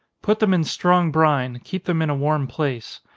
put them in strong brine keep them in a warm place.